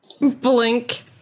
Blink